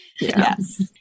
Yes